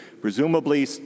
presumably